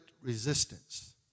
resistance